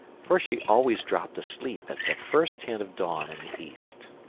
for she always dropped asleep at the first hint of dawn in the east.